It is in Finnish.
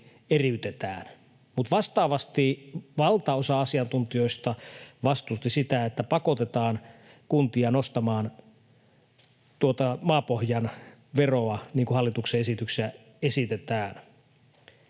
eriytetään. Mutta vastaavasti valtaosa asiantuntijoista vastusti sitä, että pakotetaan kuntia nostamaan maapohjan veroa, niin kuin hallituksen esityksessä esitetään.